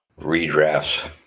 Redrafts